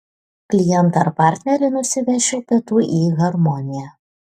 klientą ar partnerį nusivesčiau pietų į harmoniją